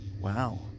Wow